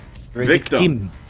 Victim